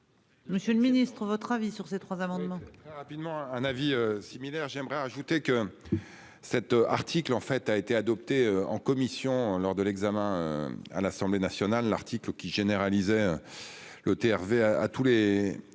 Monsieur le Ministre, votre avis sur ces trois amendements.